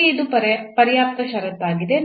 ಇಲ್ಲಿ ಇದು ಪರ್ಯಾಪ್ತ ಷರತ್ತಾಗಿದೆ